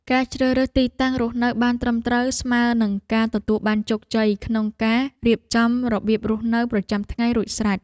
ការជ្រើសរើសទីតាំងរស់នៅបានត្រឹមត្រូវស្មើនឹងការទទួលបានជោគជ័យក្នុងការរៀបចំរបៀបរស់នៅប្រចាំថ្ងៃរួចស្រេច។